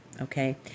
Okay